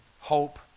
hope